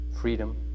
freedom